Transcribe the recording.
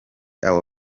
abo